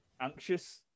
anxious